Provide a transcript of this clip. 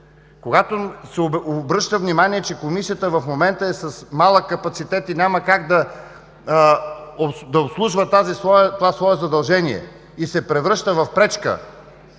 когато се обръща внимание, че Комисията в момента е с малък капацитет и няма как да обслужва това свое задължение, като се превръща в пречка